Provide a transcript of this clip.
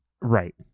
right